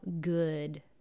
good